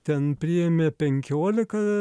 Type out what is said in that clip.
ten priėmė penkioliką